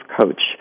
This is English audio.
coach